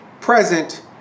present